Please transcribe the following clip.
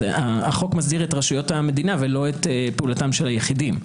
החוק מסדיר את רשויות המדינה ולא את פעולתם של היחידים.